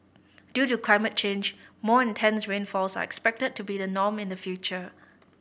due to climate change more intense rainfalls are expected to be the norm in the future